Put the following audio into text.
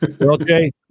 Okay